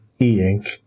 E-ink